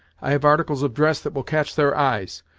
i have articles of dress that will catch their eyes,